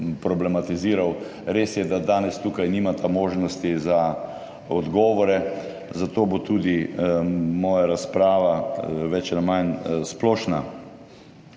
problematiziral. Res je, da danes tukaj nimata možnosti za odgovore, zato bo tudi moja razprava več ali manj splošna.